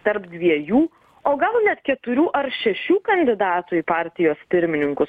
tarp dviejų o gal net keturių ar šešių kandidatų į partijos pirmininkus